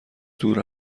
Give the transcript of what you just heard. دور